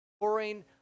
pouring